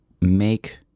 make